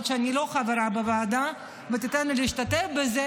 שאני לא חברה בוועדה ותיתן לי להשתתף בזה,